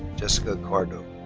jessica cardo.